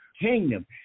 kingdom